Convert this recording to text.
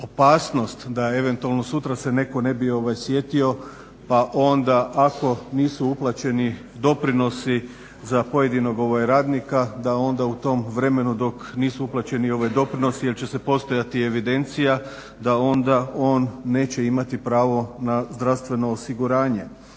opasnost da eventualno sutra se netko ne bi sjetio pa onda ako nisu uplaćeni doprinosi za pojedinog radnika da onda u tom vremenu dok nisu uplaćeni doprinosi jer će postojati evidencija da onda on neće imati pravo na zdravstveno osiguranje.